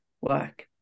work